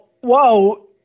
whoa